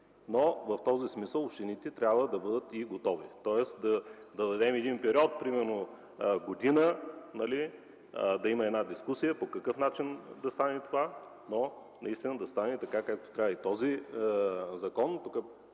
но в този смисъл общините трябва да бъдат и готови, тоест, да дадем един период, примерно, от година, да има през това време една дискусия по какъв начин да стане това, но наистина да стане така, както трябва. Тук